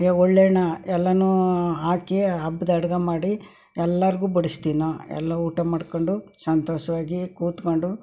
ಒಳ್ಳೆ ಹಣ್ಣು ಎಲ್ಲನೂ ಹಾಕಿ ಹಬ್ಬದ ಅಡುಗೆ ಮಾಡಿ ಎಲ್ಲರಿಗೂ ಬಡಿಸ್ತೀವಿ ನಾವು ಎಲ್ಲರೂ ಊಟ ಮಾಡ್ಕೊಂಡು ಸಂತೋಷವಾಗಿ ಕೂತ್ಕೊಂಡು